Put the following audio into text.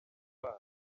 abana